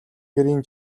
гэрийн